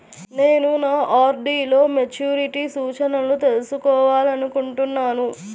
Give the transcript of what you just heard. నేను నా ఆర్.డీ లో మెచ్యూరిటీ సూచనలను తెలుసుకోవాలనుకుంటున్నాను